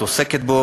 את עוסקת בו,